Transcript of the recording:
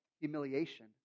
humiliation